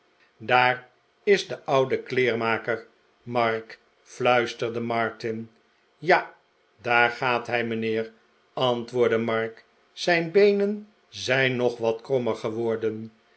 daar is de oude kleermaker mark fluisterde martin ja daar gaat hij mijnheer antwoordde mark zijn beenen zijn nog wat krommer geworden